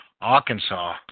Arkansas